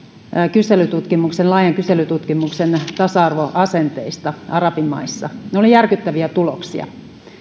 laajan kyselytutkimuksen tasa arvoasenteista arabimaissa sen tulokset olivat järkyttäviä